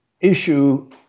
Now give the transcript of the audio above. issue